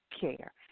care